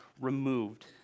removed